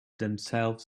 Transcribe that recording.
themselves